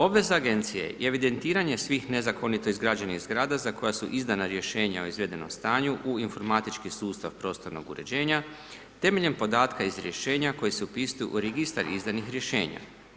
Obveza agencije je evidentiranje svih nezakonito izgrađenih zgrada za koja su izdana rješenja o izvedenom stanju u informatički sustav prostornog uređenja temeljem podatka iz rješenja koji se upisuje u registar izdanih rješenja.